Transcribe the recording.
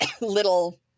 little